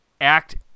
act